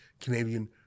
Canadian